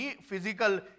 physical